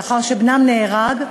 לאחר שבנם נהרג,